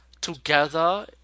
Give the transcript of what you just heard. together